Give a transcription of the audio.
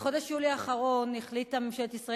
בחודש יולי האחרון החליטה ממשלת ישראל